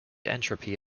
entropy